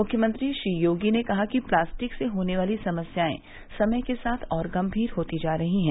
मुख्यमंत्री श्री योगी ने कहा कि प्लास्टिक से होने वाली समस्याए समय के साथ और गम्मीर होती जा रही हैं